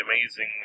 amazing